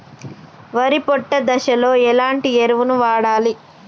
వరి పొట్ట దశలో ఎలాంటి ఎరువును వాడాలి?